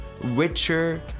richer